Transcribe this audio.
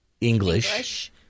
English